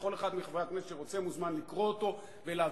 וכל אחד מחברי הכנסת שרוצה מוזמן לקרוא אותו ולהבין.